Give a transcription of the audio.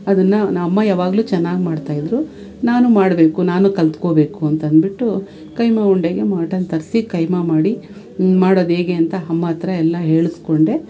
ಅದನ್ನ ನಮ್ಮಅಮ್ಮ ಯಾವಾಗಲೂ ಚೆನ್ನಾಗ್ ಮಾಡ್ತಾಯಿದ್ರು ನಾನು ಮಾಡಬೇಕು ನಾನು ಕಲಿತ್ಕೋಬೇಕು ಅಂತಂದ್ಬಿಟ್ಟು ಕೈಮಾ ಉಂಡೆಗೆ ಮಟನ್ ತರಿಸಿ ಕೈಮಾ ಮಾಡಿ ಮಾಡೋದು ಹೇಗೆ ಅಂತ ಅಮ್ಮ ಹತ್ರ ಎಲ್ಲ ಹೇಳಿಸ್ಕೊಂಡೆ